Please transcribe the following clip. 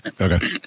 okay